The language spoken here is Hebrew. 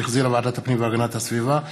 שהחזירה ועדת הפנים והגנת הסביבה,